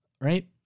right